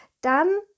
dann